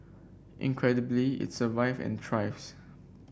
incredibly it survived and thrives